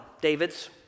David's